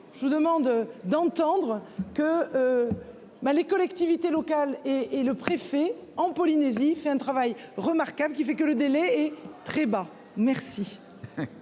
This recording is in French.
je vous demande d'entendre que. Ben les collectivités locales et, et le préfet en Polynésie fait un travail remarquable qui fait que le délai est très bas. Merci.